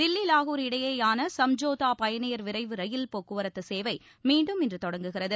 தில்லி லாகூர் இடையேயான சம்ஜோதா பயணியர் விரைவு ரயில் போக்குவரத்து சேவை மீண்டும் இன்று தொடங்குகிறது